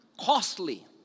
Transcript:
costly